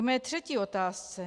K mé třetí otázce.